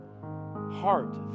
heart